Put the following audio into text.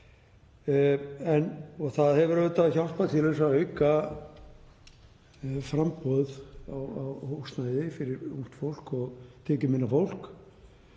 Það hefur auðvitað hjálpað til að auka framboð á húsnæði fyrir ungt fólk og tekjuminna fólk.